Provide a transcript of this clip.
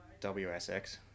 WSX